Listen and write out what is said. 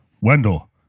Wendell